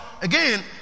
again